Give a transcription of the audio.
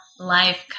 life